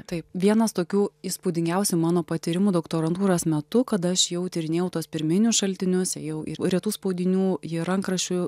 taip vienas tokių įspūdingiausių mano patyrimų doktorantūros metu kada aš jau tyrinėjau tuos pirminius šaltiniusėjau į retų spaudinių į rankraščių